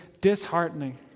disheartening